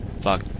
fuck